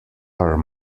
are